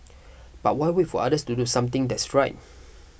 but why wait for others to do something that's right